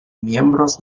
miembros